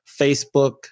Facebook